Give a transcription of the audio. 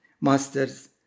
masters